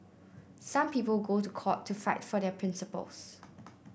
some people go to court to fight for their principles